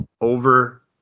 over